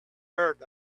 earth